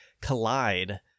collide